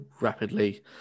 rapidly